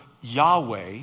yahweh